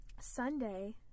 Sunday